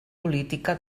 política